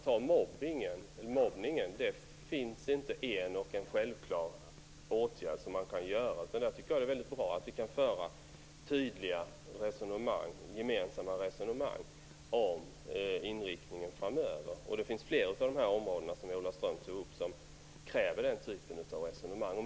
Ta t.ex. mobbning - det finns inte en enda och självklar åtgärd man kan vidta mot det. Det är väldigt bra att vi kan föra tydliga gemensamma resonemang om inriktningen framöver, och på flera av de områden som Ola Ström tar upp krävs den här typen av resonemang.